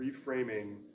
reframing